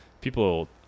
people